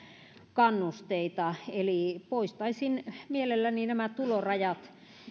kannusteita eli poistaisin mielelläni nämä tulorajat